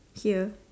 here